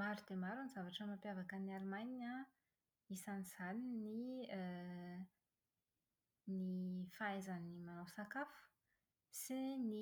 Maro dia maro ny zavatra mampiavaka an'i Alemana isan'izany ny ny fahaizany manao sakafo sy ny